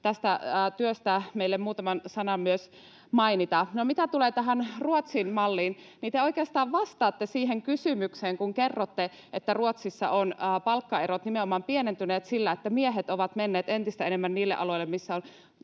tästä työstä meille muutaman sanan myös mainita. No, mitä tulee tähän Ruotsin malliin, niin te oikeastaan vastaatte siihen kysymykseen, kun kerrotte, että Ruotsissa ovat palkkaerot nimenomaan pienentyneet sillä, että miehet ovat menneet entistä enemmän niille aloille, missä on